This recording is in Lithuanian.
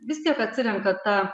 vis tiek atsirenka tą